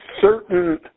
certain